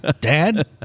Dad